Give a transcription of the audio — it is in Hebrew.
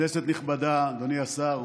כנסת נכבדה, אדוני השר,